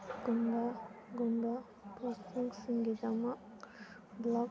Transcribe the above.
ꯀꯨꯝꯕ ꯒꯨꯝꯕ ꯄꯣꯁꯇꯦꯜꯁꯤꯡꯒꯤꯗꯃꯛ ꯕ꯭ꯂꯣꯛ